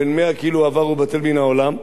בן 100 כאילו עבר ובטל מהעולם,